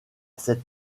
cette